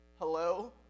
hello